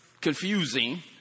confusing